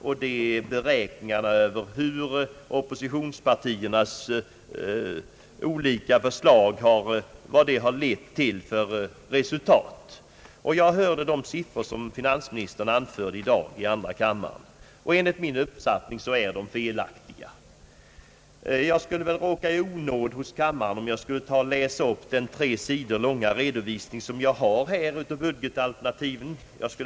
Det gäller beräkningarna av de resultat oppositionspartiernas olika förslag har lett till. Jag hörde de siffror som finansministern i dag anförde i andra kammaren. Enligt min uppfattning är de felaktiga. Jag skulle råka i onåd hos kammaren om jag läste upp den tre sidor långa redovisning av budgetalternativen jag har här.